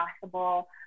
possible